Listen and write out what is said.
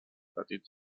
petits